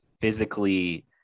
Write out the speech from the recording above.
physically